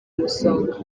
umusonga